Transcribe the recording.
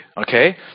Okay